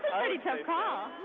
pretty tough call.